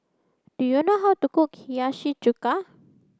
do you know how to cook Hiyashi chuka